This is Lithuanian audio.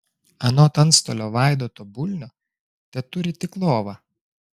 anot antstolio vaidoto bulnio teturi tik lovą